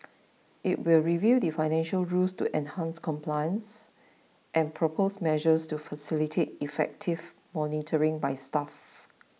it will review the financial rules to enhance compliance and propose measures to facilitate effective monitoring by staff